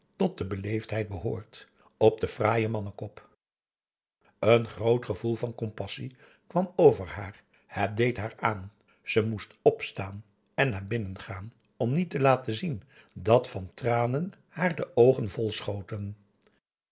tot de beleefdheid behoort op den fraaien mannenkop een groot gevoel van compassie kwam over haar het deed haar aan ze moest opstaan en naar binnen gaan om niet te laten zien dat van tranen haar de oogen vol schoten